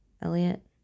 Elliot